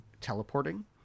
teleporting